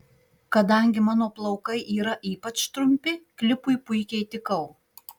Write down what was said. kadangi mano plaukai yra ypač trumpi klipui puikiai tikau